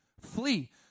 Flee